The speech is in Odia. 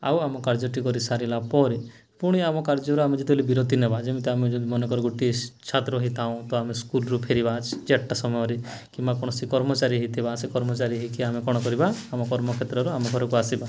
ଆଉ ଆମ କାର୍ଯ୍ୟଟି କରି ସାରିଲା ପରେ ପୁଣି ଆମ କାର୍ଯ୍ୟର ଆମେ ଯେତେବେଳେ ବିରତି ନେବା ଯେମିତି ଆମେ ଯଦି ମନେକର ଗୋଟିଏ ଛାତ୍ର ହୋଇଥାଉ ତ ଆମେ ସ୍କୁଲରୁ ଫେରିବା ଚାରିଟା ସମୟରେ କିମ୍ବା କୌଣସି କର୍ମଚାରୀ ହୋଇଥିବା ସେ କର୍ମଚାରୀ ହୋଇକି ଆମେ କ'ଣ କରିବା ଆମ କର୍ମକ୍ଷେତ୍ରରୁ ଆମ ଘରକୁ ଆସିବା